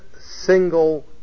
single